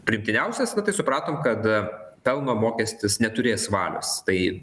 priimtiniausias va tai supratom kad pelno mokestis neturės valios tai